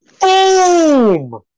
Boom